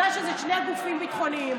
בגלל שזה שני גופים ביטחוניים.